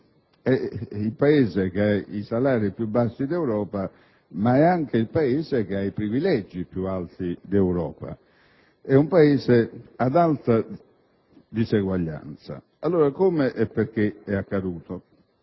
il Paese che ha i salari più bassi d'Europa. Ma è anche il Paese con i privilegi più alti d'Europa. E'un Paese ad alta diseguaglianza. Vediamo come e perché è potuto